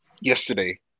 yesterday